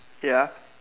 ya